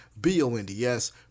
B-O-N-D-S